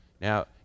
Now